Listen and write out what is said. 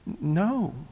No